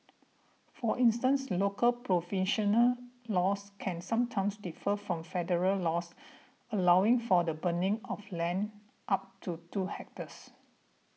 for instance local provincial laws can sometimes differ from federal laws allowing for the burning of land up to two hectares